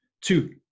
Two